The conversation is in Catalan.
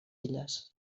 illes